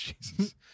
Jesus